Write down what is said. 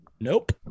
Nope